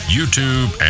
YouTube